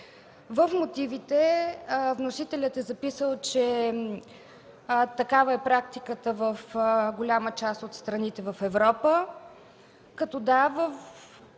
В мотивите вносителят е записал, че такава е практиката в голяма част от страните в Европа,